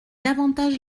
davantage